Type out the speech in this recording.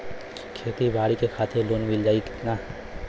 खेती बाडी के खातिर लोन मिल जाई किना?